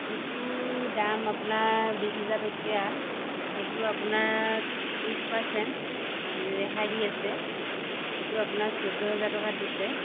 যিটো দাম আপোনাৰ বিশ হাজাৰ টকীয়া সেইটো আপোনাৰ ত্ৰিছ পাৰ্চেণ্ট ৰেহাই দি আছে সেইটো আপোনাৰ চৈধ্যহাজাৰ টকাত দিছে